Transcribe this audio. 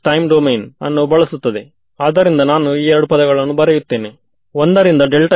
so ನನಗೆ domain ಒಳಗಡೆ field ಎಲ್ಲಾ ಕಡೆ ಇದೆ ಎಂದು ತಿಳಿದಿದೆಆದರೆ ನನಗೆ ಈಗ ಸ್ವಲ್ಪ ದೂರದಲ್ಲಿರುವ ಫೀಲ್ಡ್ ನ್ನು ಕಂಡು ಹಿಡಿಯಬೇಕಾಗಿದೆ